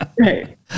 Right